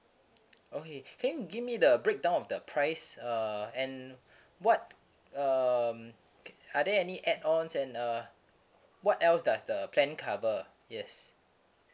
okay can you give me the breakdown of the price uh and what um are there any add ons and uh what else does the plan cover yes